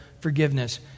forgiveness